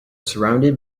surrounded